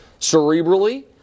cerebrally